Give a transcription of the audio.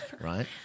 right